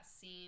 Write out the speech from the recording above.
scene